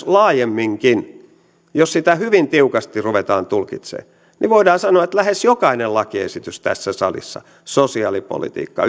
laajemminkin jos sitä hyvin tiukasti ruvetaan tulkitsemaan voidaan sanoa että lähes jokainen lakiesitys tässä salissa sosiaalipolitiikka